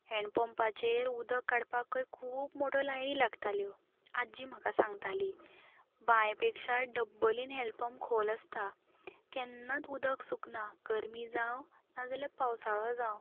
hand पंपाचेर उदक काडपाक खंय खूब मोठ्यो लायनी लागताल्यो आज्जी म्हाका सांगताली बांय पेक्षा डब्बलीन हँड पंप खोल आसता केन्नाच उदक सुकना गरमी जावं नाजाल्यार पावसाळो जावं